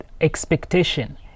expectation